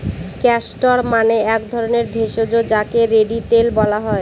castor মানে এক ধরণের ভেষজ যাকে রেড়ি তেল বলা হয়